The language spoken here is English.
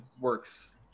works